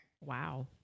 Wow